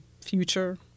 future